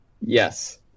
Yes